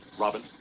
Robin